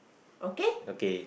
okay